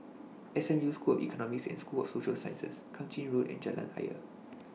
SMU School of Economics and School of Social Sciences Kang Ching Road and Jalan Ayer